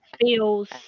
feels